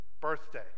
birthday